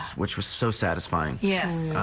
which was so satisfied. yes,